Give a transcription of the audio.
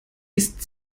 ist